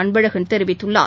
அன்பழகன் தெரிவித்துள்ளார்